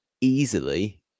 easily